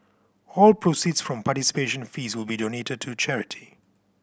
all proceeds from participation fees will be donated to charity